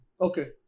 okay